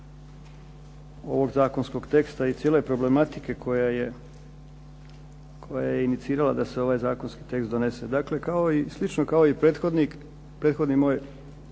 zakonskog teksta i cijele problematike koja je inicirala da se ovaj zakonski tekst donese. Dakle, slično kao i prethodni moj